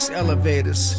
elevators